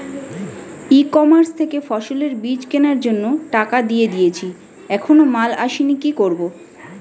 ই commerce থেকে ফসলের বীজ কেনার জন্য টাকা দিয়ে দিয়েছি এখনো মাল আসেনি কি করব?